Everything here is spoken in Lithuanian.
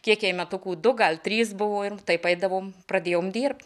kiek jai metukų du gal trys ir taip eidavom pradėjom dirbt